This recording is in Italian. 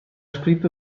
scritto